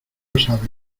sabe